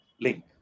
link